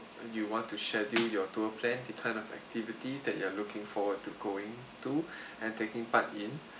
you want to schedule your tour plan to kind of activities that you are looking forward to going to and taking part in